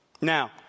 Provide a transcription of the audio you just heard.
Now